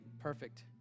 perfect